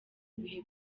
bihe